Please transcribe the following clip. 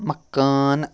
مَکانہٕ